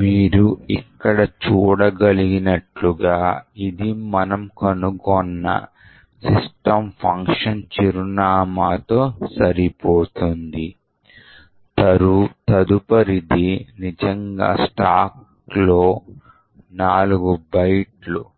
మనము ఈ Python script payload generatorను exitతో కూడా సృష్టించాము ఇది మనకు ఇక్కడ ఉన్న సిస్టమ్ ఫంక్షన్ మరియు దాని సంబంధిత ఆర్గ్యుమెంట్ తో పాటు exit ఫంక్షన్ను కలిగి ఉన్న స్ట్రింగ్ను సృష్టిస్తుంది